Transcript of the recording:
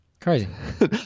Crazy